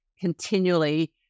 continually